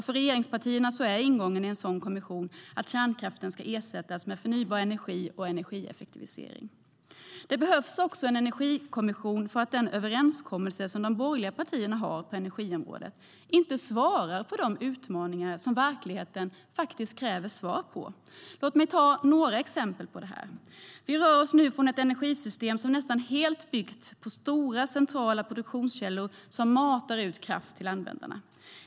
För regeringspartierna är ingången i en sådan kommission att kärnkraften ska ersättas med förnybar energi och energieffektivisering. Låt mig ta några exempel på detta. Vi rör oss nu från ett energisystem som nästan helt är byggt på stora centrala produktionskällor som matar ut kraft till användarna.